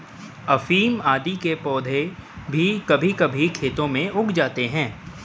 अफीम आदि के पौधे भी कभी कभी खेतों में उग जाते हैं